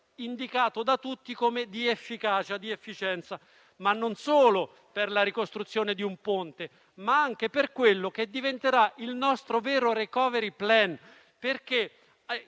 indicato da tutti come modello di efficacia ed efficienza non solo per la ricostruzione di un ponte, ma anche per ciò che diventerà il nostro vero *recovery plan,*